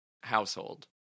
household